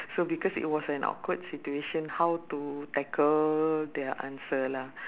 so because it was an awkward situation how to tackle their answer lah